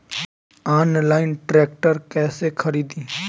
Online tractor कैसे खरदी?